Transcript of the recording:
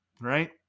right